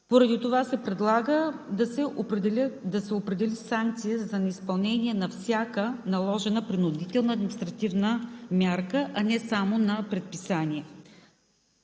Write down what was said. Поради това се предлага да се определи санкция за неизпълнение на всяка наложена принудителна административна мярка, а не само на предписание.